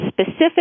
specific